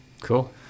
Cool